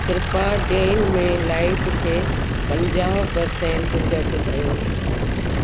कृपा डेन में लाइट खे पंजाह परसेंट घटि कयो